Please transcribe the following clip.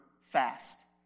fast